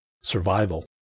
survival